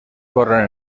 corren